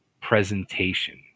presentation